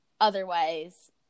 Otherwise